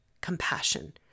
compassion